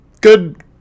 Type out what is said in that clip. good